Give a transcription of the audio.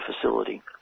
facility